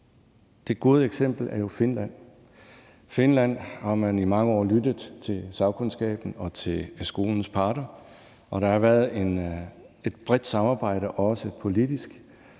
Det gode eksempel er jo Finland. I Finland har man i mange år lyttet til sagkundskaben og til skolens parter, og der har været et bredt samarbejde, også politisk,